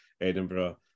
Edinburgh